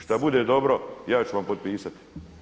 Šta bude dobro, ja ću vam potpisati.